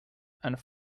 and